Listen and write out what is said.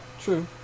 True